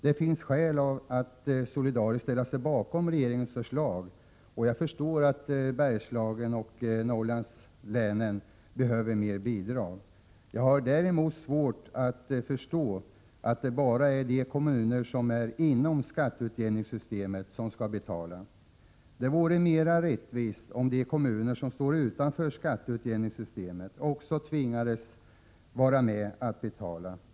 Det finns skäl att solidariskt ställa sig bakom regeringens förslag, och jag förstår att Bergslagen och Norrlandslänen behöver mer bidrag. Jag har däremot svårt att förstå att det bara är de kommuner som är inom skatteutjämningssystemet som skall betala. Det vore mer rättvist om de kommuner som står utanför skatteutjämningssystemet också tvingades vara med att betala.